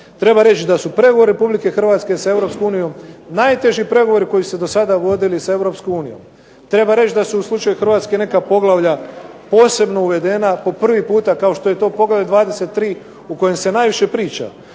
Treba reći da su pregovori RH sa EU najteži pregovori koji su se do sada vodili sa EU. Treba reći da su u slučaju HRvatske neka poglavlja posebno uvedena po prvi puta kao što je to poglavlje 23 o kojem se najviše priča,